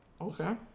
Okay